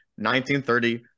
1930